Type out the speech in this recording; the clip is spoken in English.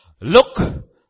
Look